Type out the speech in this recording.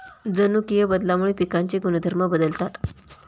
जनुकीय बदलामुळे पिकांचे गुणधर्म बदलतात